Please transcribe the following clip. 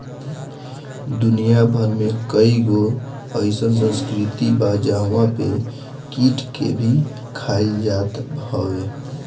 दुनिया भर में कईगो अइसन संस्कृति बा जहंवा पे कीट के भी खाइल जात हवे